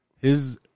his-